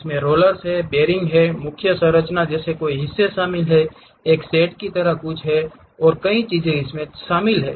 इसमें rollers bearing मुख्य संरचना जैसे कई हिस्से शामिल हैं एक शेड की तरह कुछ है और कई चीजें हैं